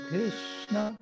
Krishna